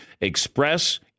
Express